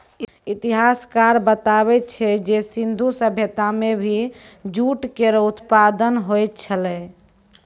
इतिहासकार बताबै छै जे सिंधु सभ्यता म भी जूट केरो उत्पादन होय छलै